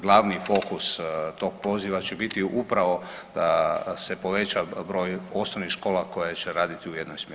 Glavni fokus tog poziva će biti upravo da se poveća broj osnovnih škola koje će raditi u jednoj smjeni.